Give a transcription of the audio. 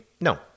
No